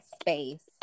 space